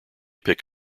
pick